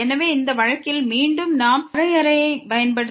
எனவே இந்த வழக்கில் மீண்டும் நாம் வரையறையைப் பயன்படுத்துகிறோம்